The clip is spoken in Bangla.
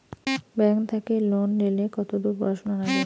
ব্যাংক থাকি লোন নিলে কতদূর পড়াশুনা নাগে?